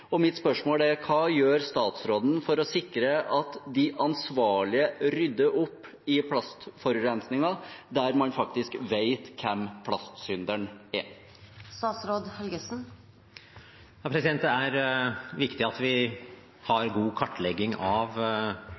Mitt spørsmål er: Hva gjør statsråden for å sikre at de ansvarlige rydder opp i plastforurensningen – der man faktisk vet hvem plastsynderen er? Det er viktig at vi har god kartlegging av